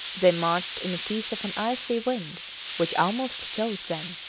they marched in the teeth of an icy wind which almost choked them,